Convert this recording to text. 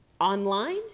online